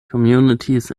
communities